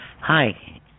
Hi